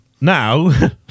now